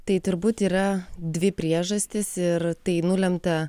tai turbūt yra dvi priežastys ir tai nulemta